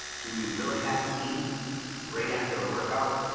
do we really have to eat right after a workout?